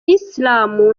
islam